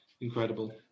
incredible